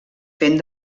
fent